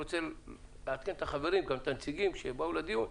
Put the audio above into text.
אני רוצה לעדכן את הנציגים ואת החברים שבאו לדיון,